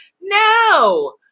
No